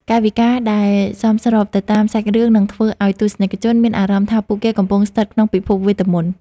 កាយវិការដែលសមស្របទៅតាមសាច់រឿងនឹងធ្វើឱ្យទស្សនិកជនមានអារម្មណ៍ថាពួកគេកំពុងស្ថិតក្នុងពិភពវេទមន្ត។